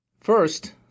First